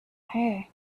her